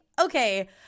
Okay